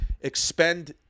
expend